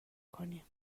کنیم